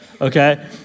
okay